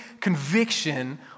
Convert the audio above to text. conviction